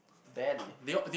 barely